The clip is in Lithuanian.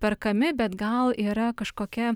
perkami bet gal yra kažkokia